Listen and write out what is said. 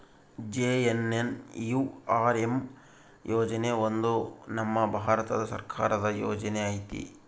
JNNURM ಯೋಜನೆ ಒಂದು ನಮ್ ಭಾರತ ಸರ್ಕಾರದ ಯೋಜನೆ ಐತಿ